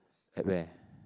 at where